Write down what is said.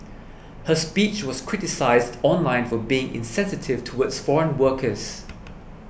her speech was criticised online for being insensitive towards foreign workers